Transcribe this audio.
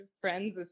friends